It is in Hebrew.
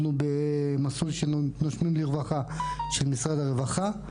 אנחנו במסלול של נושמים לרווחה של משרד הרווחה,